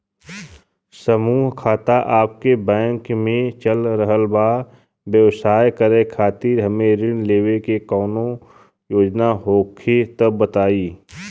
समूह खाता आपके बैंक मे चल रहल बा ब्यवसाय करे खातिर हमे ऋण लेवे के कौनो योजना होखे त बताई?